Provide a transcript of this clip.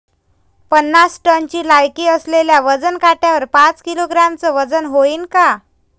पन्नास टनची लायकी असलेल्या वजन काट्यावर पाच किलोग्रॅमचं वजन व्हईन का?